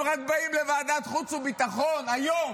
הם רק באים לוועדת החוץ והביטחון היום